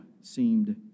seemed